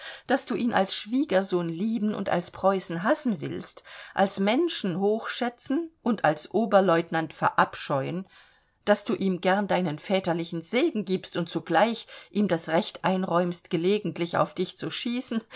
daß du ihn als schwiegersohn lieben und als preußen hassen willst als menschen hochschätzen und als oberlieutenant verabscheuen daß du ihm gern deinen väterlichen segen gibst und zugleich ihm das recht einräumst gelegentlich auf dich zu schießen